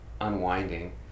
unwinding